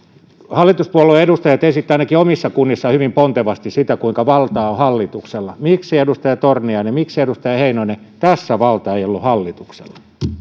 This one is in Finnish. hallituspuolueiden edustajat esittävät ainakin omissa kunnissaan hyvin pontevasti sitä kuinka valta on hallituksella miksi edustaja torniainen miksi edustaja heinonen tässä valta ei ollut hallituksella